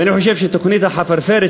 ואני חושב שתוכנית ה"חפרפרת",